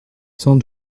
sans